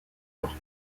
york